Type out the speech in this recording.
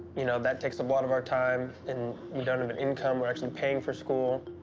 you know that takes a lot of our time. and we don't have an income. we're actually paying for school.